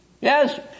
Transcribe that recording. Yes